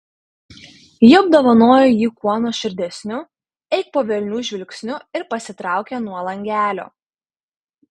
ji apdovanojo jį kuo nuoširdesniu eik po velnių žvilgsniu ir pasitraukė nuo langelio